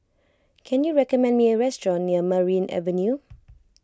can you recommend me a restaurant near Merryn Avenue